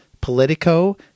Politico